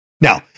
Now